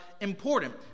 important